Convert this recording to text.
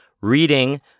reading